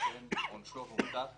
ולכן, עונשו הומתק